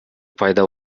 пайда